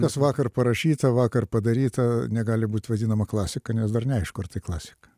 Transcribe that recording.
kas vakar parašyta vakar padaryta negali būt vadinama klasika nes dar neaišku ar tai klasika